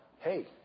hey